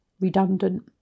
redundant